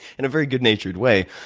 in a very good-natured way,